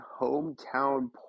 hometown